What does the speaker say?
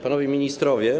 Panowie Ministrowie!